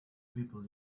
people